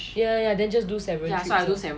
ya ya ya then just do several trips so